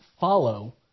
follow